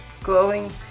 glowing